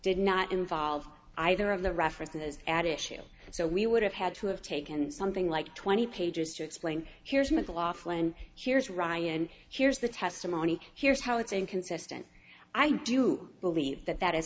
did not involve either of the references at issue so we would have had to have taken something like twenty pages to explain here's michael offline here's ryan and here's the testimony here's how it's inconsistent i do believe that that is